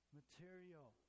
material